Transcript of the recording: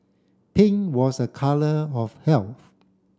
pink was a colour of health